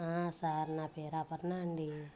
sir నా పేరు అపర్ణ అండి